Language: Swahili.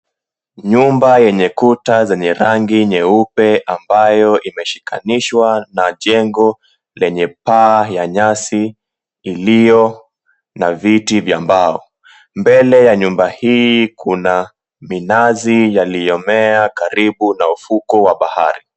Nyumba yenye kuta zenye rangi nyeupe ambayo imeshikanishwa na jengo lenye paa ya nyasi iliyo na viti vya mbao. Mbele ya nyumba hii kuna minazi yaliyomea karibu na ufuko wa bahari.